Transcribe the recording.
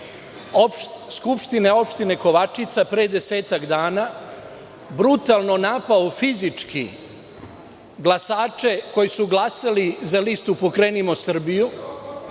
čiji je član SO Kovačica pre desetak dana brutalno napao fizički glasače koji su glasali za listu „Pokrenimo Srbiju“,